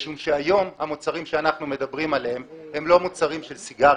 משום שהיום המוצרים שאנחנו מדברים עליהם הם לא מוצרים של סיגריות,